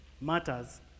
matters